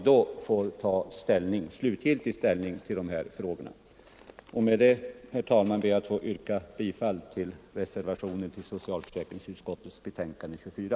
Då får vi ta slutgiltig ställning till de här frågorna. Med detta, herr talman, ber jag att få yrka bifall till reservationen 1 vid socialförsäkringsutskottets betänkande nr 24.